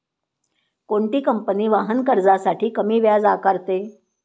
कोणती कंपनी वाहन कर्जासाठी कमी व्याज आकारते?